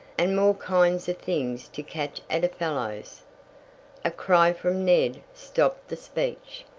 and more kinds of things to catch at a fellow's a cry from ned stopped the speech.